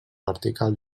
vertical